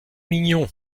mignon